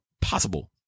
possible